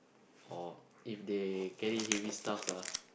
or if they carry heavy stuffs